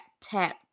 tap